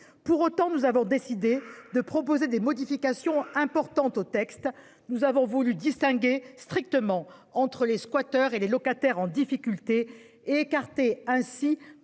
Pour autant, nous avons décidé de proposer des modifications importantes au texte. Nous avons voulu distinguer strictement entre les squatteurs et les locataires en difficulté et écarter ainsi